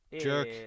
Jerk